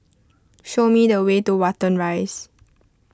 show me the way to Watten Rise